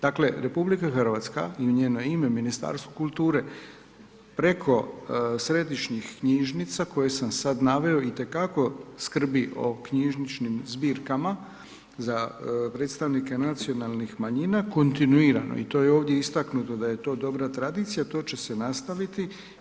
Dakle RH i u njeno ime Ministarstvo kulture preko središnjih knjižnica koje sam sad naveo itekako skrbi o knjižničnim zbirkama za predstavnike nacionalnih manjina, kontinuirano i to je ovdje istaknuto da je to dobra tradicija, to će se nastaviti.